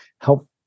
help